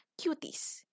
cuties